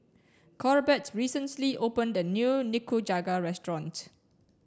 Corbett recently opened a new Nikujaga restaurant